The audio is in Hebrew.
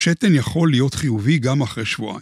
‫שתן יכול להיות חיובי גם אחרי שבועיים.